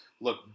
look